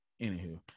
anywho